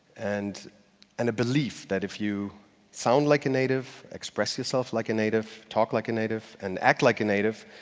and and a belief that if you sound like a native, express yourself like a native, talk like a native and act like a native,